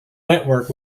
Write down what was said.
network